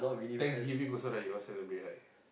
thanksgiving also right you all celebrate right